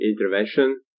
intervention